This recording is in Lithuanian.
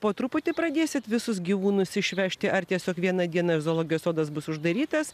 po truputį pradėsit visus gyvūnus išvežti ar tiesiog vieną dieną zoologijos sodas bus uždarytas